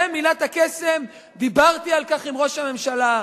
ומילת הקסם: דיברתי על כך עם ראש הממשלה.